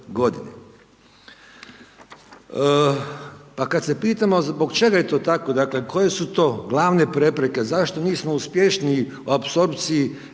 A kada se pitamo zbog čega je to tako, dakle koje su to glavne prepreke, zašto nismo uspješniji u apsorpciji